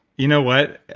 you know what,